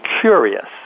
curious